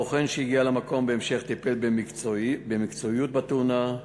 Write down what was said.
הבוחן שהגיע למקום בהמשך טיפל במקצועיות בתאונה.